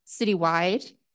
citywide